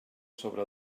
sobre